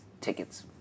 tickets